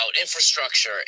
infrastructure